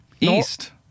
East